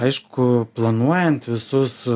aišku planuojant visus